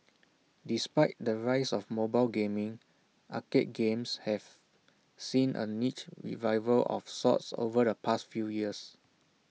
despite the rise of mobile gaming arcade games have seen A niche revival of sorts over the past few years